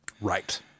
right